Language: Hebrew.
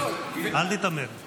אל תיתמם, חבר הכנסת שטרן.